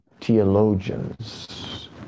theologians